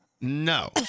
No